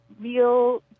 real